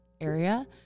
area